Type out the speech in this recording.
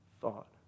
thought